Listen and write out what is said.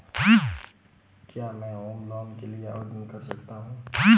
क्या मैं home loan के लिए आवेदन कर सकता हूं?